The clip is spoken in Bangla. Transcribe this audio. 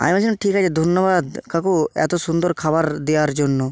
আমি বলেছিলাম ঠিক আছে ধন্যবাদ কাকু এত সুন্দর খাবার দেওয়ার জন্য